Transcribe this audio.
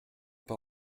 pas